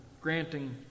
granting